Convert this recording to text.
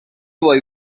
وای